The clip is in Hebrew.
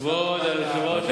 כבוד יושב-ראש הוועדה,